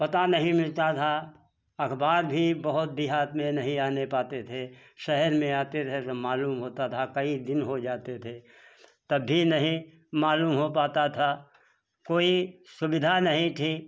पता नहीं मिलता था अखबार भी बहुत देहात में नहीं आने पाते थे शहर में आते थे तो मालूम होता था कई दिन हो जाते थे तभी नहीं मालूम हो पाता था कोई सुविधा नहीं थी